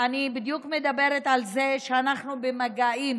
אני בדיוק מדברת על זה שאנחנו במגעים